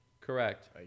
Correct